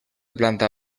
planta